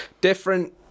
different